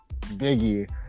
Biggie